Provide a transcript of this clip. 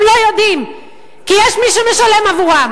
הם לא יודעים, כי יש מי שמשלם עבורם.